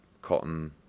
Cotton